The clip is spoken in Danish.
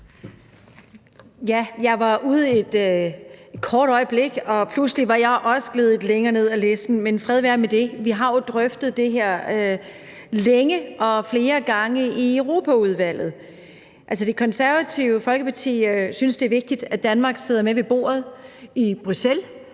Jeg var ude et kort øjeblik, og pludselig var jeg også gledet længere ned ad listen, men fred være med det. Vi har jo drøftet det her længe og flere gange i Europaudvalget. Det Konservative Folkeparti synes, det er vigtigt, at Danmark sidder med ved bordet i Bruxelles,